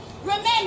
remember